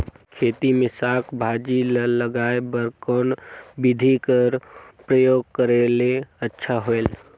खेती मे साक भाजी ल उगाय बर कोन बिधी कर प्रयोग करले अच्छा होयल?